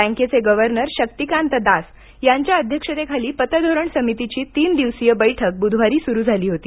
बँकेचे गव्हर्नर शक्तीकांत दास यांच्या अध्यक्षतेखालील पतधोरण समितीची तीन दिवसीय बैठक बुधवारी सुरू झाली होती